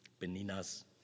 Benina's